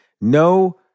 No